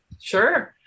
Sure